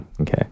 okay